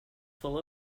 full